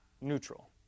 neutral